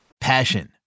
Passion